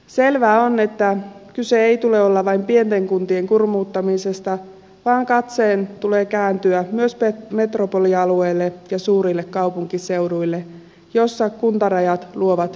selvää on että kyse ei tule olemaan vain pienten kuntien kurmuuttamisesta vaan katseen tulee kääntyä myös metropolialueille ja suurille kaupunkiseuduille joissa kuntarajat luovat tehottomuutta